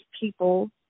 people